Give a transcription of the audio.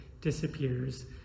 disappears